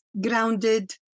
grounded